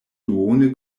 duone